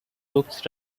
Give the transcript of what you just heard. books